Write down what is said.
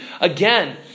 Again